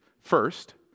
first